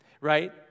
right